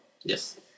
Yes